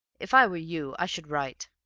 if i were you i should write